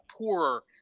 poorer